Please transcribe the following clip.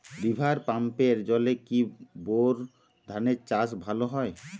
River পাম্পের জলে কি বোর ধানের চাষ ভালো হয়?